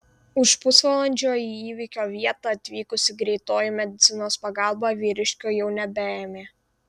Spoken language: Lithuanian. už pusvalandžio į įvykio vietą atvykusi greitoji medicinos pagalba vyriškio jau nebeėmė